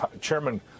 Chairman